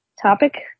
topic